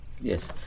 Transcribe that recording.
Yes